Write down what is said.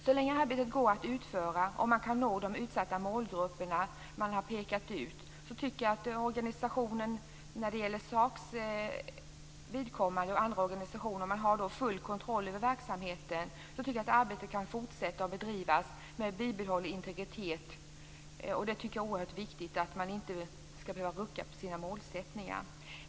Så länge arbetet går att utföra och man kan nå de utsatta målgrupper som pekats ut för SAK:s och andra organisationers vidkommande och så länge man har full kontroll över verksamheten tycker jag att arbetet kan fortsätta att bedrivas med bibehållen integritet. Det är oerhört viktigt, tycker jag, att man inte skall behöva rucka på sina målsättningar.